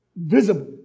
visible